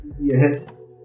Yes